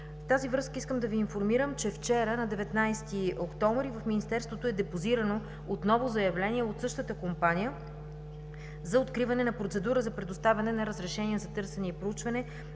В тази връзка искам да Ви информирам, че вчера, 19 октомври, в Министерството е депозирано отново заявление от същата компания за откриване на процедура за предоставяне на разрешение за търсене и проучване